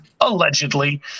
allegedly